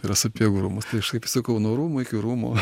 tai yra sapiegų rūmus tai aš kaip sakau nuo rūmų iki rūmų